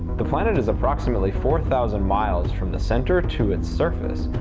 the planet is approximately four thousand miles from the center to its' surface.